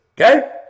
okay